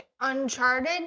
Uncharted